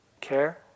care